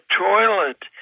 toilet